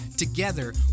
Together